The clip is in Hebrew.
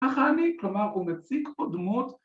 ‫ככה אני, כלומר, אומצית חודמות...